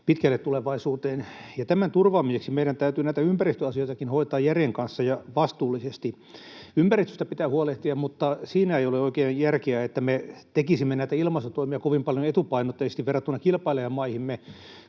pitkälle tulevaisuuteen. Tämän turvaamiseksi meidän täytyy näitä ympäristöasioitakin hoitaa järjen kanssa ja vastuullisesti. Ympäristöstä pitää huolehtia, mutta siinä ei ole oikein järkeä, että me tekisimme näitä ilmastotoimia kovin paljon etupainotteisesti verrattuna kilpailijamaihimme,